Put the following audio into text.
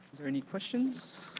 there any questions?